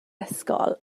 ysgol